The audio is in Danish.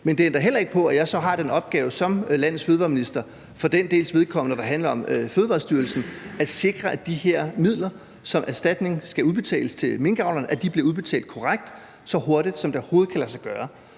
men det ændrer heller ikke på, at jeg så har den opgave som landets fødevareminister for den dels vedkommende, der handler om Fødevarestyrelsen, at sikre, at de her midler, der skal udbetales i erstatning til minkavlerne, bliver udbetalt korrekt og så hurtigt, som det overhovedet kan lade sig gøre.